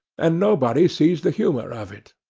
and nobody sees the humour of it.